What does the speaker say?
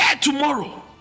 tomorrow